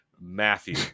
Matthew